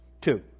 two